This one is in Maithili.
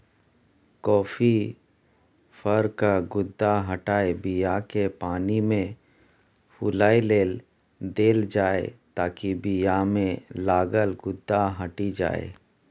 कॉफी फरक गुद्दा हटाए बीयाकेँ पानिमे फुलए लेल देल जाइ ताकि बीयामे लागल गुद्दा हटि जाइ